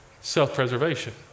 self-preservation